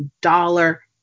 dollar